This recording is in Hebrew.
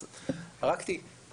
אז פרקתי,